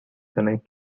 connect